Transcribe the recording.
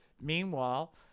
Meanwhile